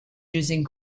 using